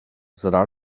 zarar